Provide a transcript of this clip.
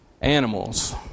animals